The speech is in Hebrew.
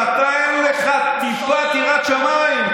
ואתה, אין לך טיפת יראת שמיים.